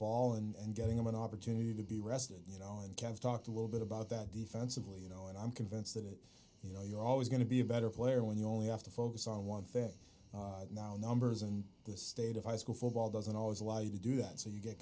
ball and giving them an opportunity to be resident you know and can talk a little bit about that defensively you know and i'm convinced that you know you're always going to be a better player when you only have to focus on one thing now numbers and the state of high school football doesn't always allow you to do that so you get